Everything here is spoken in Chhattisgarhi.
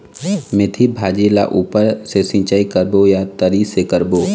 मेंथी भाजी ला ऊपर से सिचाई करबो या तरी से करबो?